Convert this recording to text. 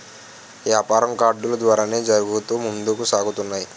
యాపారం కార్డులు ద్వారానే జరుగుతూ ముందుకు సాగుతున్నది